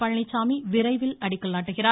பழனிச்சாமி விரைவில் அடிக்கல் நாட்டுகிறார்